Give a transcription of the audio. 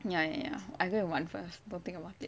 ya ya ya I go and 玩 first don't think about it